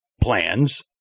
plans